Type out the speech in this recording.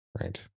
right